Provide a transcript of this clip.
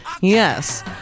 Yes